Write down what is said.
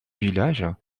village